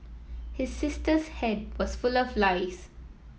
his sister's head was full of lice